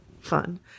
Fun